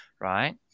right